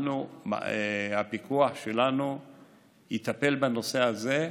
הפיקוח שלנו יטפל בנושא הזה.